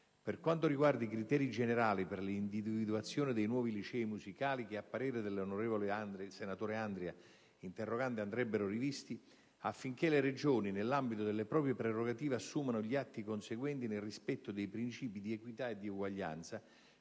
Per quanto riguarda i criteri generali per l'individuazione dei nuovi licei musicali, che a parere dei senatori interroganti andrebbero rivisti, affinché le Regioni, nell'ambito delle proprie prerogative assumano gli atti conseguenti nei rispetto dei principi di equità e di uguaglianza,